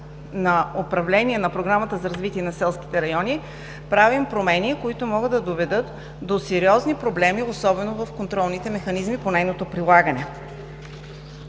на управлението на Програмата за развитие на селските райони правим промени, които могат да доведат до сериозни проблеми, особено в констролните механизми по нейното прилагане.